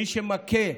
מי שמכה,